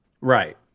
Right